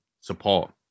support